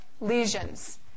lesions